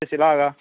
ꯁꯨꯁꯤꯂꯥꯔꯥ